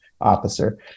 officer